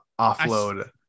offload